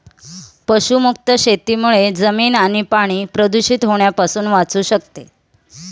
पशुमुक्त शेतीमुळे जमीन आणि पाणी प्रदूषित होण्यापासून वाचू शकते